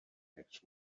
next